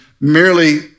merely